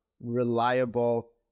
reliable